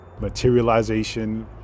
materialization